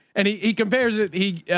and he he compares it. he, yeah